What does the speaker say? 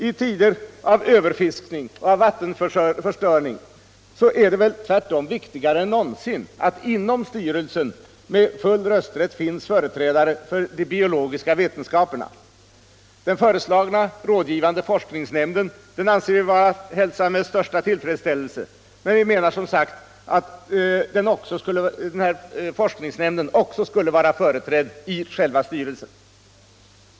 I tider av överfiskning och vattenförstöring är det väl tvärtom viktigare än någonsin att inom styrelsen med full rösträtt finns företrädare för de biologiska vetenskaperna. Den föreslagna rådgivande forskningsnämnden anser vi vara att hälsa med största tillfredsställelse, men vi menar som sagt att forskningsnämnden borde vara företrädd i själva styrelsen.